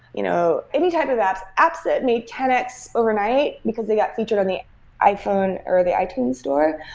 you know any type of apps, apps that need ten x overnight, because they got featured on the iphone, or the itunes store,